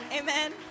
Amen